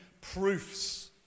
proofs